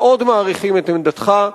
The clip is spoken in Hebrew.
מאוד מעריכים את עמדתך.